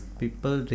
people